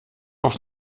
auf